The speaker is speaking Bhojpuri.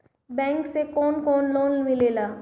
बैंक से कौन कौन लोन मिलेला?